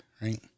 right